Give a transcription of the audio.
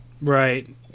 right